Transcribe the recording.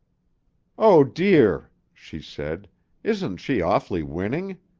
oh, dear! she said isn't she awfully winning?